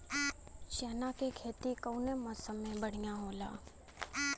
चना के खेती कउना मौसम मे बढ़ियां होला?